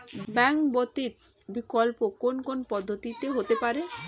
Bank ব্যতীত বিকল্প কোন কোন পদ্ধতিতে হতে পারে?